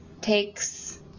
takes